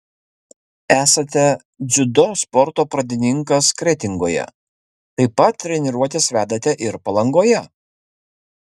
esate dziudo sporto pradininkas kretingoje taip pat treniruotes vedate ir palangoje